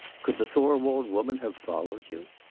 could the thorwald woman have followed you?